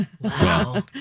Wow